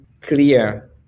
clear